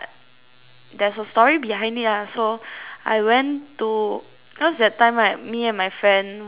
there's a story behind it lah so I went to cause that time right me and my friend wanted to